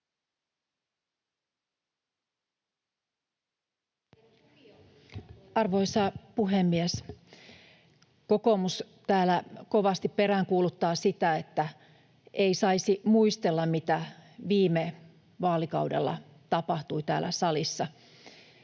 Arvoisa puhemies! Kokoomus täällä kovasti peräänkuuluttaa sitä, että ei saisi muistella, mitä viime vaalikaudella tapahtui täällä salissa.